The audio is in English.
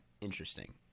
Interesting